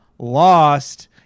Lost